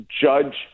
judge